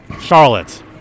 Charlotte